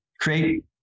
create